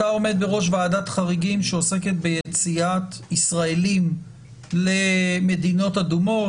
אתה עומד בראש ועדת חריגים שעוסקת ביציאת ישראלים למדינות אדומות,